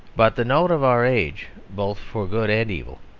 but the note of our age, both for good and evil,